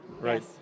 right